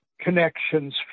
connections